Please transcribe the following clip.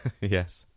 Yes